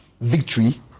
victory